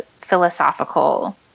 philosophical